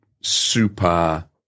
super